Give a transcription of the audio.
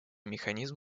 механизм